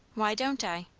why don't i?